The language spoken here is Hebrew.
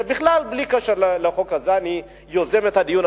שבכלל בלי קשר לחוק הזה אני יוזם את הדיון.